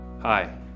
hi